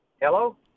Hello